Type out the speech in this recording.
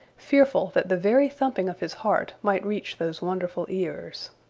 fearful that the very thumping of his heart might reach those wonderful ears.